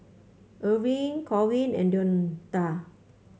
Erving Corwin and Deonta